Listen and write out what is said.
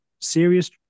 serious